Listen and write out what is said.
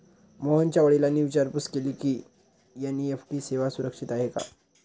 मोहनच्या वडिलांनी विचारपूस केली की, ही एन.ई.एफ.टी सेवा सुरक्षित आहे का?